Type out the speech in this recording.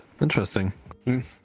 Interesting